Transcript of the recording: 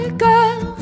girl